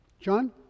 John